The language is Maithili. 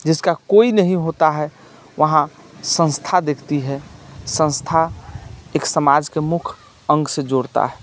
जिसका कोई नहीं होता है वहाँ संस्था देखती है संस्था एक समाज के मुख्य अंग से जोड़ता है